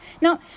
Now